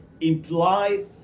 imply